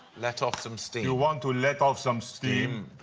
let off some steam. you want to let off some steam.